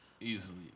Easily